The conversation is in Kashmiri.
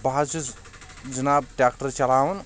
بہ حظ چھُس جناب ٹریکٹر چلاوان